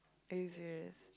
is it